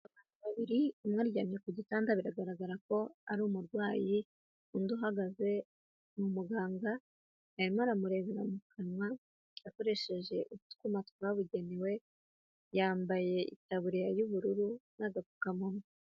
Abantu babiri, umwe aryamye ku gitanda biragaragara ko ari umurwayi, undi uhagaze ni umuganga arimo aramurebera mu kanwa akoresheje utwuma twabugenewe, yambaye itaburiya y'ubururu n'agapfukamunwa.